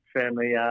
family